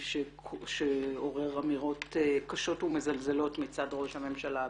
שעורר אמירות קשות ומזלזלות מצד ראש הממשלה.